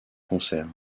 concert